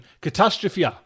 Catastrophe